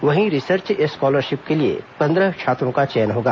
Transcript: वहीं research scholarship के लिए पंद्रह छात्रों का चयन होगा